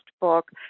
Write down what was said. book